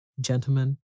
gentlemen